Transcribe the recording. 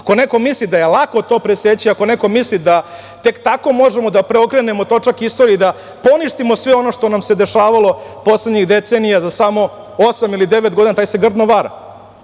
Ako neko misli da je lako to preseći, ako neko misli da tek tako možemo da preokrenemo točak istorije i da poništimo sve ono što nam se dešavalo poslednjih decenija za samo osam ili devet godina, taj se grdno vara.